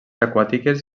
aquàtiques